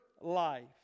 life